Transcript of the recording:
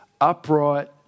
upright